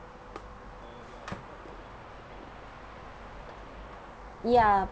ya